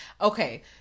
Okay